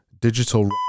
digital